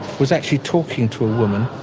was actually talking to woman